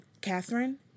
Catherine